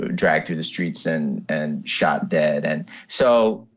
dragged through the streets and and shot dead. and so,